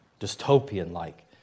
dystopian-like